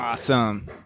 Awesome